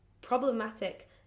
problematic